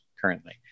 currently